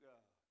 God